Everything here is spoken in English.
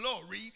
glory